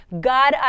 God